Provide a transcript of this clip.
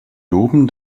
loben